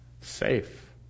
Safe